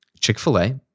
Chick-fil-A